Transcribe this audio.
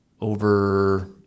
over